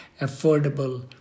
affordable